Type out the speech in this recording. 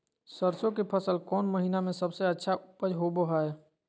सरसों के फसल कौन महीना में सबसे अच्छा उपज होबो हय?